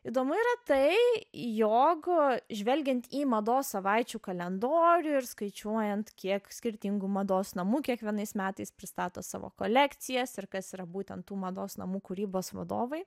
įdomu yra tai jog žvelgiant į mados savaičių kalendorių ir skaičiuojant kiek skirtingų mados namų kiekvienais metais pristato savo kolekcijas ir kas yra būtent tų mados namų kūrybos vadovai